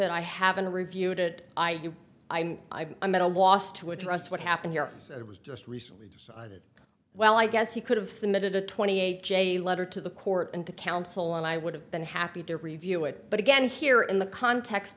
it i haven't reviewed it i i'm i'm i'm at a loss to address what happened here it was just recently decided well i guess you could have submitted a twenty eight j letter to the court and to counsel and i would have been happy to review it but again here in the context